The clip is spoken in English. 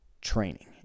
training